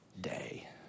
day